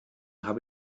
habe